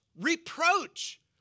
reproach